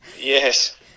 Yes